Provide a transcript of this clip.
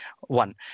one